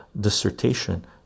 dissertation